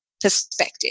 perspective